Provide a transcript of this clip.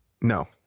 No